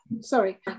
Sorry